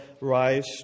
rise